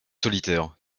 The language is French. solitaires